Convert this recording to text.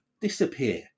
disappear